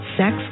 sex